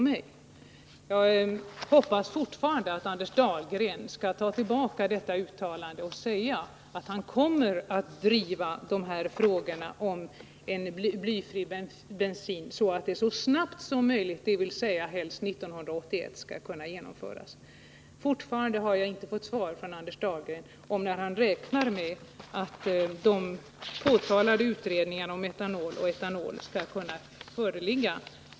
Jag hoppas fortfarande att Anders Dahlgren skall ta tillbaka detta uttalande och säga att han kommer att driva frågorna om blyfri bensin så att det beslutet skall kunna genomföras så snabbt som möjligt, dvs. helst 1981. Fortfarande har jag inte fått svar av Anders Dahlgren på frågan om när han räknar med att de omnämnda utredningarna om metanol och etanol skall kunna föreligga.